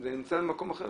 זה נמצא במקם אחר.